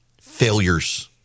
failures